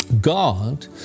God